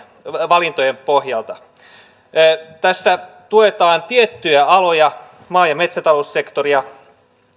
valintojen pohjalta tässä tuetaan tiettyjä aloja maa ja metsätaloussektoria